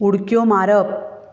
उडक्यो मारप